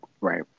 Right